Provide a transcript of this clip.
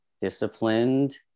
disciplined